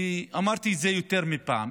ואמרתי את זה יותר מפעם,